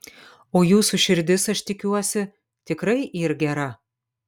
o jūsų širdis aš tikiuosi tikrai yr gera